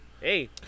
Hey